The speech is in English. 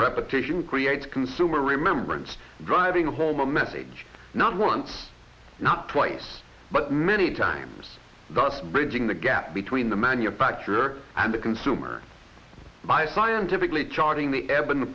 repetition create consumer remembrance driving home a message not once not twice but many times thus bridging the gap between the manufacturer and the consumer by scientifically charting the ebb and